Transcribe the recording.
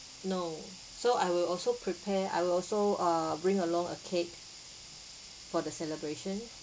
no so I will also prepare I will also uh bring along a cake for the celebration